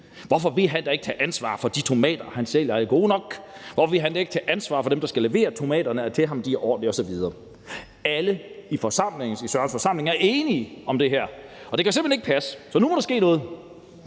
Hvorfor vil han da ikke tage ansvar for, at de tomater, han sælger, er gode nok? Hvorfor vil han ikke tage ansvar for dem, der skal levere tomaterne til ham, og se til, at de er ordentlige osv.? Alle i Sørens forsamling er enige om det her og om, at det simpelt hen ikke kan passe, så nu må der ske noget.